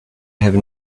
have